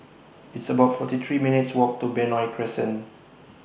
It's about forty three minutes' Walk to Benoi Crescent